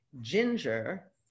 ginger